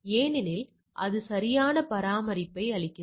ஏனெனில் அது சரியான பராமரிப்பை அளிக்கிறது